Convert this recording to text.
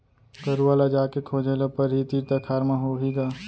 गरूवा ल जाके खोजे ल परही, तीर तखार म होही ग